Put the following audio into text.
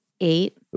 Eight